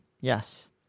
Yes